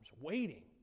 waiting